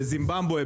בזימבבווה.